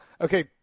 Okay